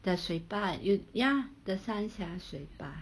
the 水坝 you ya the 三峡水坝